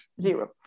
zero